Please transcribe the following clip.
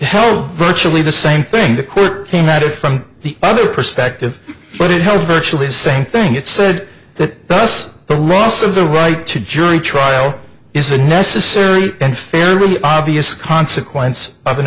that virtually the same thing the court came at it from the other perspective but it helps virtually the same thing it said that does the roles of the right to jury trial is a necessary and fairly obvious consequence of an